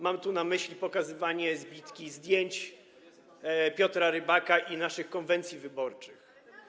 Mam tu na myśli pokazywanie zbitki zdjęć Piotra Rybaka i naszych konwencji wyborczych.